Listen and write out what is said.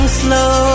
slow